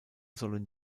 sollen